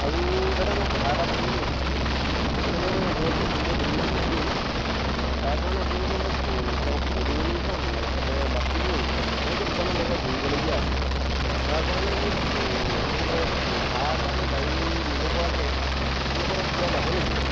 আৰু দাদা মই কথা এটা সোধোঁ বুলি ভাবিছিলোঁ মানে মই ধৰক লখিমপুৰত দুদিনমান থাকিম তাৰ কাৰণে আপোনালোকে মোক ধৰক পদুমনি থান এইফালে বাসুদেৱ এনেকৈ দুটামান জেগা ঘূৰিবলগীয়া আছে তাৰ কাৰণে মোক এনেকৈ ধৰক ভাড়াৰ কাৰণে গাড়ী নিব পৰাকৈ আপোনালোকৰ তাত পোৱা যাব নেকি বাৰু